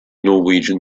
norwegian